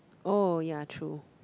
oh ya true